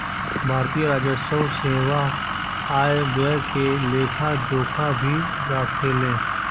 भारतीय राजस्व सेवा आय व्यय के लेखा जोखा भी राखेले